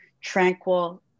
tranquil